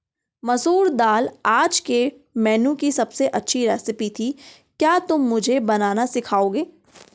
मसूर दाल आज के मेनू की अबसे अच्छी रेसिपी थी क्या तुम मुझे बनाना सिखाओंगे?